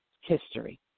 history